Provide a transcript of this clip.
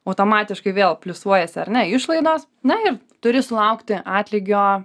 automatiškai vėl pliusuojasi ar ne išlaidos na ir turi sulaukti atlygio